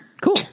Cool